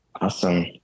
Awesome